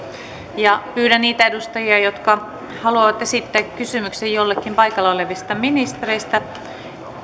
ja pyydän niitä edustajia jotka haluavat esittää kysymyksen jollekin paikalla olevista ministereistä